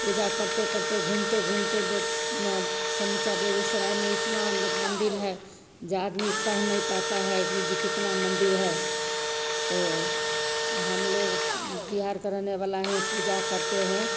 पूजा करते करते घूमते घूमते समूचा बेगूसराय में इतना मंदिल है यह आदमी कह नहीं पाता है कि कितना मंदिल है तो हम लोग बिहार का रहने वला हैं पूजा करते हैं